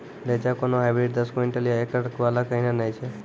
रेचा के कोनो हाइब्रिड दस क्विंटल या एकरऽ वाला कहिने नैय छै?